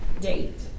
date